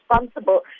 responsible